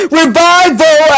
revival